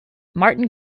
martin